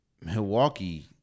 Milwaukee –